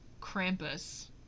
Krampus